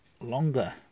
longer